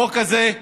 החוק הזה,